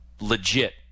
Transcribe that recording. legit